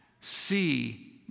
see